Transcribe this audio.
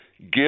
give